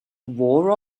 war